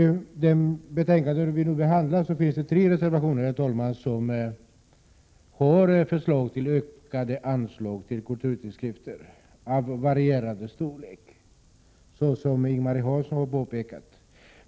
I det betänkande vi nu behandlar finns tre reservationer som föreslår ökade anslag av varierande storlek till kulturtidskrifterna, vilket också Ing-Marie Hansson har påpekat.